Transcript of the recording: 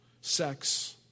sex